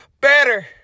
better